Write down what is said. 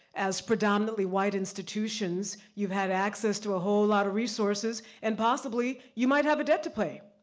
as predominantly white institutions, you've had access to a whole lot of resources and possibly, you might have a debt to pay.